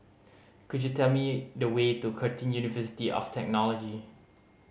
could you tell me the way to Curtin University of Technology